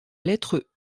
lettre